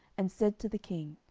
and said to the king,